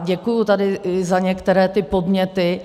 Děkuji tady za některé ty podněty.